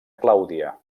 clàudia